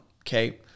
okay